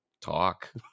talk